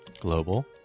global